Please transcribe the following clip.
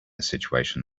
situation